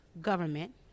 government